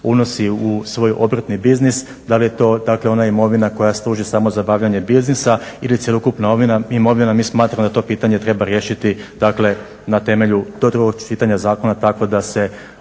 u svoj obrtni biznis, da li je to dakle ona imovina koja služi samo za obavljanje biznisa ili cjelokupna imovina. Mi smatramo da to pitanje treba riješiti dakle na temelju do drugog čitanja zakona tako da se